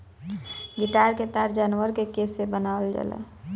guitar क तार जानवर के केस से बनावल जाला